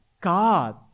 God